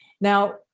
Now